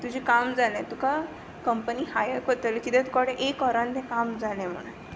तुजें काम जालें तुका कंपनी हायर कोत्तली किद्या तुकोडें एक ऑरान तें काम जालें म्हुणन